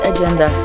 Agenda